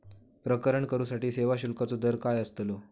प्रकरण करूसाठी सेवा शुल्काचो दर काय अस्तलो?